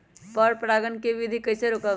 पर परागण केबिधी कईसे रोकब?